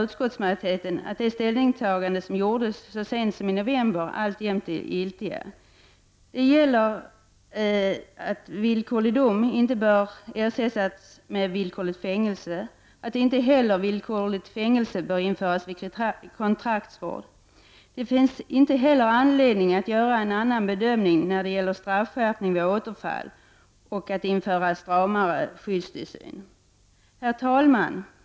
Utskottsmajoriteterna anser att det ställningstagande som gjordes så sent som i november alltjämt är giltigt. Villkorlig dom bör inte ersättas med villkorligt fängelse, inte heller bör villkorligt fängelse införas vid kontraktsvård. Det finns inte heller anledning att göra en annan bedöm ning när det gäller straffskärpning vid återfall eller att införa stramare skyddstillsyn. Herr talman!